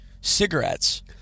cigarettes